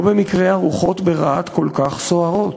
לא במקרה הרוחות ברהט כל כך סוערות.